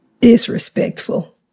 disrespectful